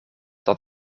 dat